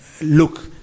Look